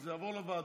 זה יעבור לוועדה,